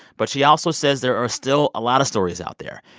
but she also says there are still a lot of stories out there,